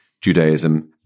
Judaism